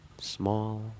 small